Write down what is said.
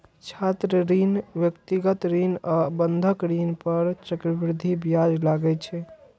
छात्र ऋण, व्यक्तिगत ऋण आ बंधक ऋण पर चक्रवृद्धि ब्याज लागै छै